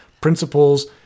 principles